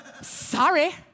Sorry